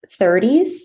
30s